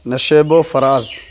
نشیب و فراز